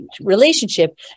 relationship